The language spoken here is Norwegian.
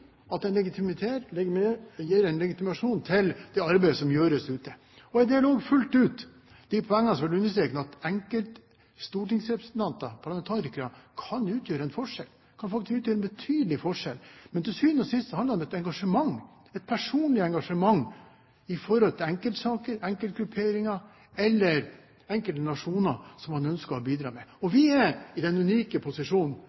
det arbeidet som gjøres ute. Jeg deler også fullt ut de poengene som har vært understreket, at enkelte stortingsrepresentanter – parlamentarikere – faktisk kan utgjøre en forskjell, en betydelig forskjell. Men til syvende og sist handler det om et engasjement, et personlig engasjement når det gjelder enkeltsaker, enkeltgrupperinger, eller enkelte nasjoner, som man ønsker å bidra med. Og vi er i den unike posisjonen